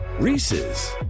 Reese's